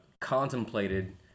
contemplated